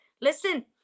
Listen